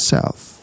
South